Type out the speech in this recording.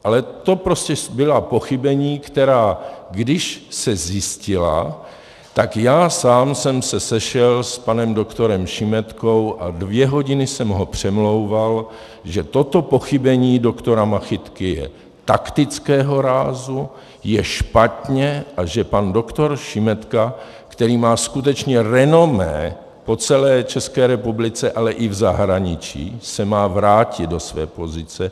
Ale to prostě byla pochybení, která, když se zjistila, tak já sám jsem se sešel s panem doktorem Šimetkou a dvě hodiny jsem ho přemlouval, že toto pochybení doktora Machytky je taktického rázu, je špatně a že pan doktor Šimetka, který má skutečně renomé po celé České republice, ale i v zahraničí, se má vrátit do své pozice.